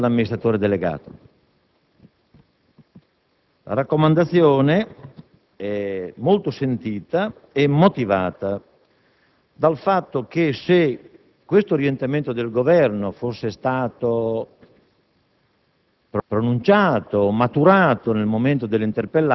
La raccomandazione è quella di cambiare l'amministratore delegato. Tale raccomandazione è molto sentita e motivata dal fatto che, se questo orientamento del Governo fosse stato